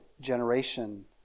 generation